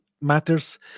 matters